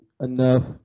enough